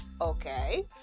Okay